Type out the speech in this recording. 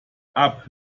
app